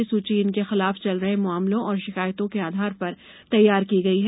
यह सूची इनके खिलाफ चल रहे मामलों और शिकायतों के आधार पर तैयार की गई है